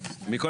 מכל